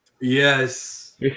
Yes